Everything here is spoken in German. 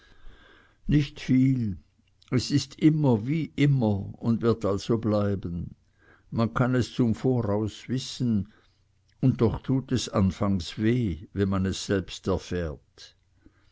nicht viel es ist immer wie immer und wird also bleiben man kann es zum voraus wissen und doch tut es anfangs weh wenn man es selbst er